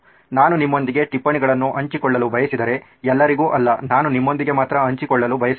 ನಾನು ನಿಮ್ಮೊಂದಿಗೆ ಟಿಪ್ಪಣಿಗಳನ್ನು ಹಂಚಿಕೊಳ್ಳಲು ಬಯಸಿದರೆ ಎಲ್ಲರಿಗೂ ಅಲ್ಲ ನಾನು ನಿಮ್ಮೊಂದಿಗೆ ಮಾತ್ರ ಹಂಚಿಕೊಳ್ಳಲು ಬಯಸುತ್ತೇನೆ